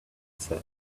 said